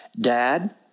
Dad